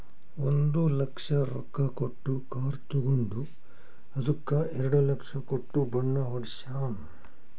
ಒಂದ್ ಲಕ್ಷ ರೊಕ್ಕಾ ಕೊಟ್ಟು ಕಾರ್ ತಗೊಂಡು ಅದ್ದುಕ ಎರಡ ಲಕ್ಷ ಕೊಟ್ಟು ಬಣ್ಣಾ ಹೊಡ್ಸ್ಯಾನ್